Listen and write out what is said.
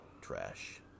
Trash